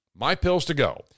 MyPillsToGo